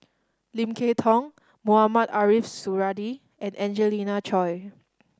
Lim Kay Tong Mohamed Ariff Suradi and Angelina Choy